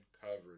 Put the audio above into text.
coverage